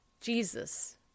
Jesus